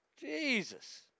Jesus